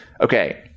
Okay